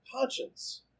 conscience